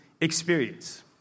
experience